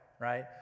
right